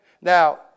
Now